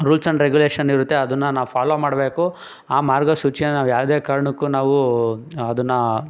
rules and regulation ಇರುತ್ತೆ ಅದನ್ನ ನಾ ಫಾಲೋ ಮಾಡಬೇಕು ಆ ಮಾರ್ಗಸೂಚಿಯನ್ನು ಯಾವುದೇ ಕಾರ್ಣಕ್ಕೂ ನಾವು ಅದನ್ನ